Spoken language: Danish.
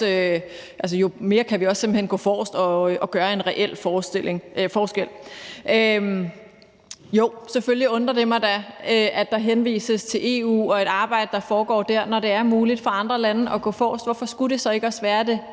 jo mere kan vi også simpelt hen gå forrest og gøre en reel forskel. Jo, selvfølgelig undrer det mig da, at der henvises til EU og et arbejde, der foregår dér, når det er muligt for andre lande at gå forrest – hvorfor skulle det så ikke også være det